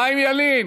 חיים ילין,